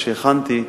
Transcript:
שהכנתי,